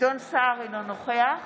גדעון סער, אינו נוכח